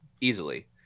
easily